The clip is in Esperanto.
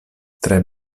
tre